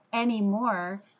anymore